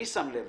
מי שם לב?